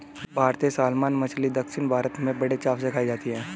भारतीय सालमन मछली दक्षिण भारत में बड़े चाव से खाई जाती है